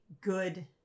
good